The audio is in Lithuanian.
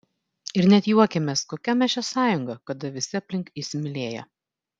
ir net juokėmės kokia mes čia sąjunga kada visi aplink įsimylėję